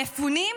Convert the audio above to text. המפונים?